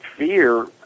fear